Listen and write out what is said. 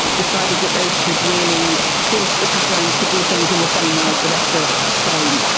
decided that they should really force the catalans to do things in the same way as the rest of spain.